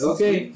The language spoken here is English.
Okay